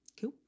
Cool